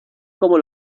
como